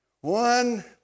one